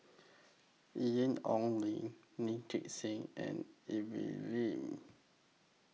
Ian Ong Li Lee Gek Seng and Evelyn Lip